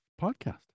podcast